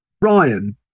Ryan